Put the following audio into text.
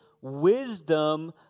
wisdom